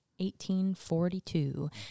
1842